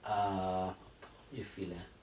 uh you feel lah